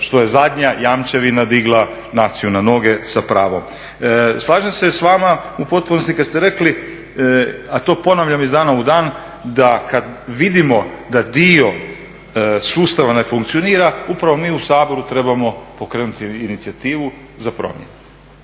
što je zadnja jamčevina digla naciju na noge sa pravom. Slažem se s vama u potpunosti kad ste rekli, a to ponavljam iz dana u dan, da kad vidimo da dio sustava ne funkcionira upravo mi u Saboru trebamo pokrenuti inicijativu za promjene.